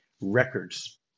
records